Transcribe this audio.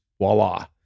voila